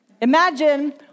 Imagine